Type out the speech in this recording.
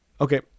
okay